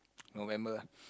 November